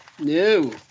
No